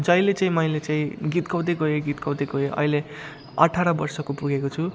जहिले चाहिँ मैले चाहिँ गीत गाउँदै गएँ गीत गाउँदै गएँ अहिले अठार वर्षको पुगेको छु